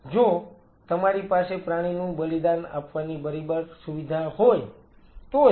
જો તમારી પાસે પ્રાણીનું બલિદાન આપવાની બરાબર સુવિધા હોય તો જ